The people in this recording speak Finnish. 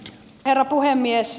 herra puhemies